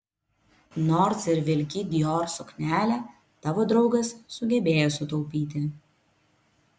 nors ir vilki dior suknelę tavo draugas sugebėjo sutaupyti